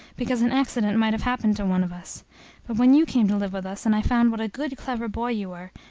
because an accident might have happened to one of us but when you came to live with us, and i found what a good, clever boy you were,